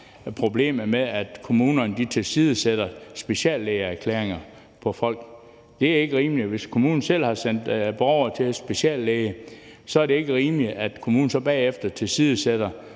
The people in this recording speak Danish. problemet med, at kommunerne tilsidesætter speciallægeerklæringer om folk. Det er ikke rimeligt. Hvis kommunen selv har sendt borgere til speciallæge, er det ikke rimeligt, at kommunen så bagefter tilsidesætter